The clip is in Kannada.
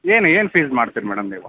ಏನು ಏನು ಫೀಸ್ ಮಾಡ್ತೀರ ಮೇಡಮ್ ನೀವು